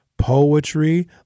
poetry